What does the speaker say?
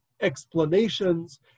explanations